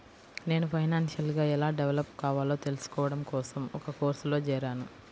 నేను ఫైనాన్షియల్ గా ఎలా డెవలప్ కావాలో తెల్సుకోడం కోసం ఒక కోర్సులో జేరాను